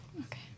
Okay